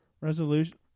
resolution